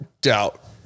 doubt